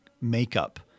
makeup